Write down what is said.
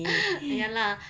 ya lah